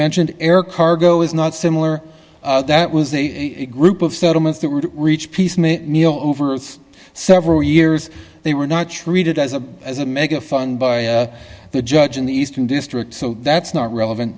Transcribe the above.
mentioned air cargo is not similar that was a group of settlements that were to reach peace over several years they were not treated as a as a mega fun by the judge in the eastern district so that's not relevant